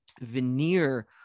veneer